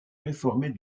réformée